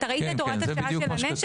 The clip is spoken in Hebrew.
אתה ראית את הוראת השעה של הנשק?